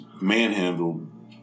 manhandled